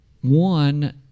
One